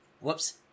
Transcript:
Whoops